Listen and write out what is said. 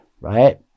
Right